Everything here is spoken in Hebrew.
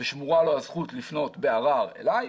ושמורה לו הזכות לפנות בערר אלי.